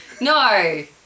No